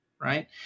Right